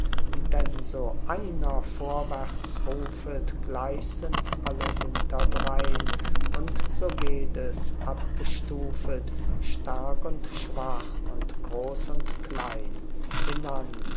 denn so einer vorwärts rufet gleich sind alle hinterdrein und so geht es abgestufet stark und schwach und groß und klein hinan